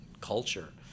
culture